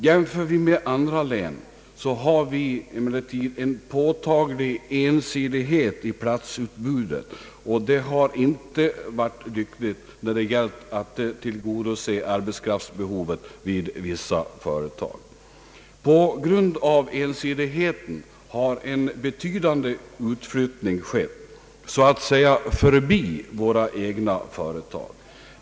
Jämför vi med andra län har vi emellertid en påtaglig ensidighet i platsutbudet, och det har inte varit lyckligt när det gällt att tillgodose arbetskraftsbehovet vid vissa företag. På grund av ensidigheten har en betydande utflyttning skett, så att säga förbi våra egna företag.